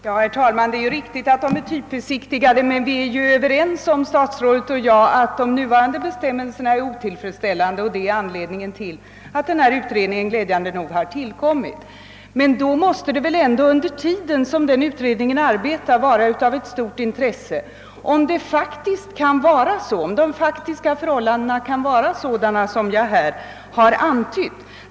Herr talman! Ja, fordonen är typbesiktigade, men statsrådet och jag är ju ense om att de bestämmelser som gäller i det fallet är otillfredsställande. Det var ju också det som var anledningen till att utredningen tillsattes — vilket är mycket glädjande. Men under tiden som utredningen arbetar skulle det vara av stort intresse att veta om de faktiska förhållandena verkligen är sådana som uppgivits.